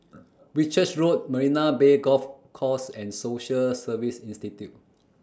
Whitchurch Road Marina Bay Golf Course and Social Service Institute